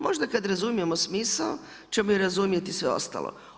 Možda kad razumijemo smisao ćemo i razumjeti sve ostalo.